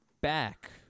back